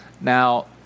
Now